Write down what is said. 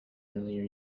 earlier